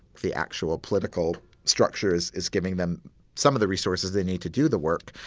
the actual political structures is giving them some of the resources they need to do the work.